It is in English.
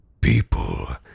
People